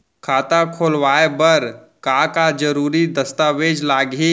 खाता खोलवाय बर का का जरूरी दस्तावेज लागही?